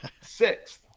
sixth